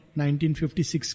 1956